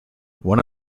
one